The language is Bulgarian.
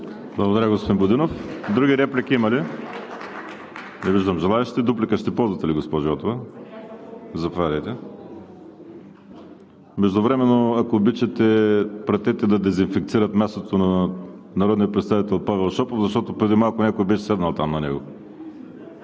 Благодаря, господин Будинов. Други реплики има ли? Не виждам. Дуплика ще ползвате ли, госпожо Йотова – заповядайте. Междувременно, ако обичате, пратете да дезинфекцират мястото на народния представител Павел Шопов, защото преди малко някой беше седнал там.